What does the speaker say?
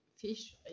fish